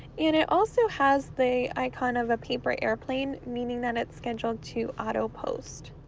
and it also has the icon of a paper airplane meaning that it's scheduled to auto post.